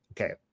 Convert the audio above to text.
Okay